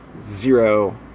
Zero